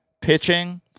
pitching